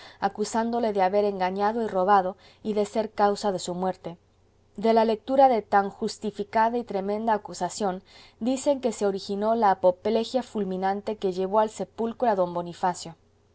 acusándole de haberle engañado y robado y de ser causa de su muerte de la lectura de tan justificada y tremenda acusación dicen que se originó la apoplejía fulminante que llevó al sepulcro a d bonifacio